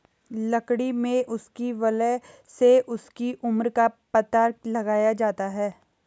लकड़ी में उसकी वलय से उसकी उम्र का पता लगाया जाता है